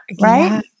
right